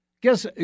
Guess